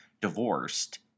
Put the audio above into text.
divorced